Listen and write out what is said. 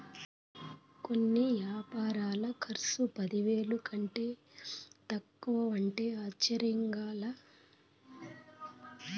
కొన్ని యాపారాల కర్సు పదివేల కంటే తక్కువంటే ఆశ్చర్యంగా లా